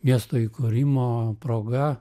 miesto įkūrimo proga